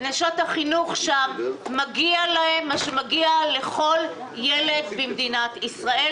נשות החינוך שם מגיע להם מה שמגיע לכל ילד במדינת ישראל,